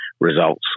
Results